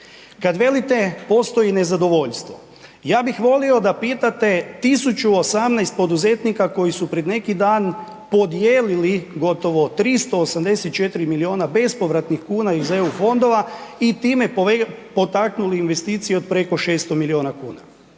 Kad velite postoji nezadovoljstvo, ja bih volio da pitate 1018 poduzetnika koji su pred neki dan podijelili gotovo 384 milijuna bespovratnih kuna iz EU fondova i time potaknuli investicije od preko 600 milijuna kuna.